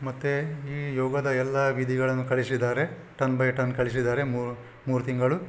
ಮತ್ತು ಈ ಯೋಗದ ಎಲ್ಲ ವಿಧಿಗಳನ್ನು ಕಳಿಸಿದ್ದಾರೆ ಟನ್ ಬೈ ಟನ್ ಕಳಿಸಿದ್ದಾರೆ ಮೂರು ತಿಂಗಳು